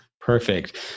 Perfect